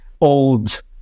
old